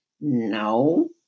No